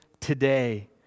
today